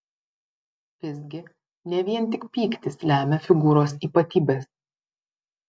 visgi ne vien tik pyktis lemia figūros ypatybes